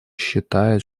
считает